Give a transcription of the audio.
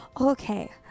Okay